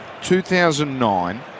2009